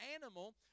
animal